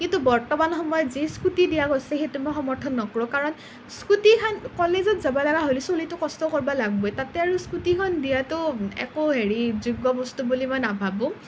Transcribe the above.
কিন্তু বৰ্তমান সময়ত যি স্কুটী দিয়া গৈছে সেইটো মই সমৰ্থন নকৰোঁ কাৰণ স্কুটীখন কলেজত যাব লগা হ'লে চ'লিটো কষ্ট কৰিবই লাগিব তাতে আৰু স্কুটীখন দিয়াটো একো হেৰি যোগ্য বস্তু বুলি মই নাভাবোঁ